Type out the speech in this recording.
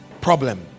problem